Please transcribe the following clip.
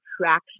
traction